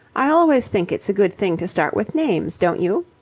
i always think it's a good thing to start with names, don't you?